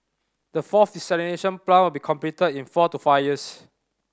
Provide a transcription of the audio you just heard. the fourth desalination plant will be completed in four to five years